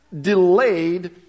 delayed